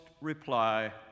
reply